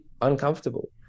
uncomfortable